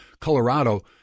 Colorado